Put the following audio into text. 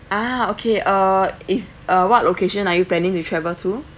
ah okay uh is uh what location are you planning to travel to